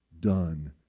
done